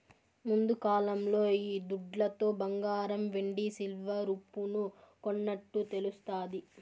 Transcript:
ముందుకాలంలో ఈ దుడ్లతో బంగారం వెండి సిల్వర్ ఉప్పును కొన్నట్టు తెలుస్తాది